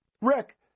Rick